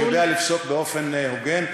שיודע לפסוק באופן הוגן.